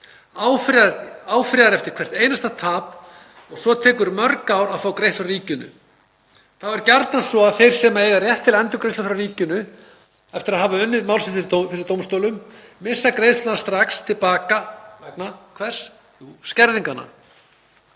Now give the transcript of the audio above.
áfrýjar eftir hvert einasta tap og svo tekur mörg ár að fá greitt frá ríkinu. Það er gjarnan svo að þeir sem eiga rétt til endurgreiðslu frá ríkinu, eftir að hafa unnið málið fyrir dómstólum, missa greiðsluna strax til baka, vegna hvers? Jú, skerðinganna.